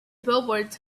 billboards